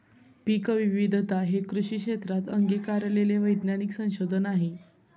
पीकविविधता हे कृषी क्षेत्रात अंगीकारलेले वैज्ञानिक संशोधन आहे